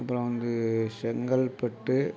அப்புறம் வந்து செங்கல்பட்டு